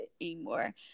anymore